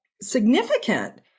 significant